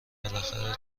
بالاخره